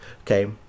okay